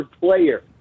player